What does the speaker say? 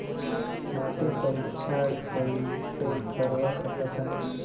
माटी परीक्षण कइसे करवा सकत हन?